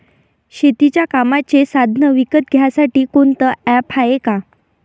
शेतीच्या कामाचे साधनं विकत घ्यासाठी कोनतं ॲप हाये का?